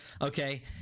okay